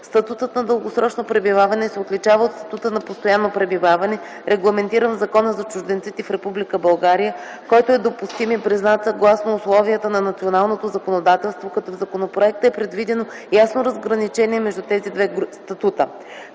Статутът на дългосрочно пребиваване се отличава от статута на постоянно пребиваване, регламентиран в Закона за чужденците в Република България, който е допустим и признат съгласно условията на националното законодателство, като в законопроекта е предвидено ясно разграничение между тези два статута.